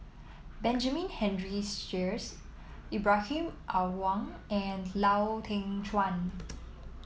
Benjamin Henry Sheares Ibrahim Awang and Lau Teng Chuan